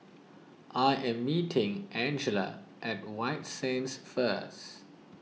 I am meeting Angela at White Sands first